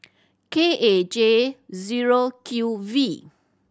K A J zero Q V